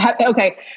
Okay